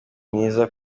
mwiza